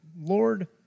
Lord